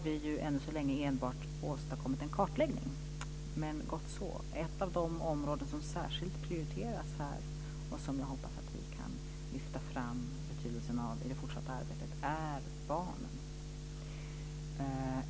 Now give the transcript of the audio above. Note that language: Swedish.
Än så länge har vi där enbart åstadkommit en kartläggning - men gott så! Något som särskilt prioriteras här, och vars betydelse jag hoppas att vi kan lyfta fram i det fortsatta arbetet, är barnen.